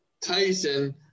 Tyson